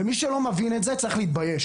ומי שלא מבין את זה צריך להתבייש.